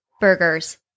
Burgers